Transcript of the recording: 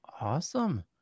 awesome